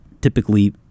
typically